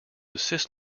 assist